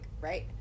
right